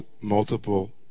multiple